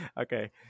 Okay